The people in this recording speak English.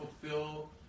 fulfill